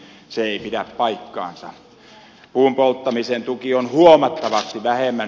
se ei pidä paikkaansa puun polttamisen tuki on huomattavasti vähemmän